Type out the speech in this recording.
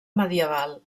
medieval